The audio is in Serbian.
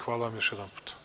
Hvala vam još jedanput.